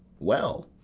well.